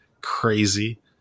crazy